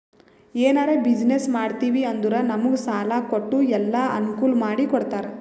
ಎನಾರೇ ಬಿಸಿನ್ನೆಸ್ ಮಾಡ್ತಿವಿ ಅಂದುರ್ ನಮುಗ್ ಸಾಲಾ ಕೊಟ್ಟು ಎಲ್ಲಾ ಅನ್ಕೂಲ್ ಮಾಡಿ ಕೊಡ್ತಾರ್